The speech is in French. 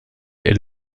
est